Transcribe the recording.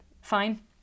Fine